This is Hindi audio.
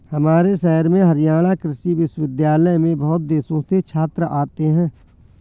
हमारे शहर में हरियाणा कृषि विश्वविद्यालय में बहुत देशों से छात्र आते हैं